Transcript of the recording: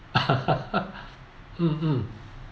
mm mm